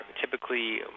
typically